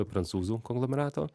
prancūzų konglomerato